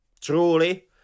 truly